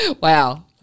wow